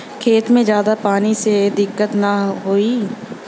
खेत में ज्यादा पानी से दिक्कत त नाही होई?